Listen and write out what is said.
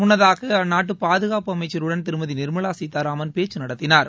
முன்னதாக அந்நாட்டு பாதுகாப்பு அமைச்சருடன் திருமதி நிர்மலா சீதாராமன் பேச்சு நடத்தினார்